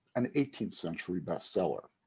an eighteenth century bestseller.